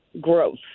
growth